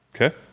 Okay